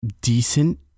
decent